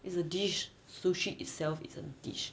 it's a dish sushi itself is a dish